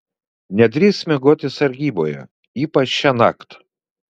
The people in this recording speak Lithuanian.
nedrįsk miegoti sargyboje ypač šiąnakt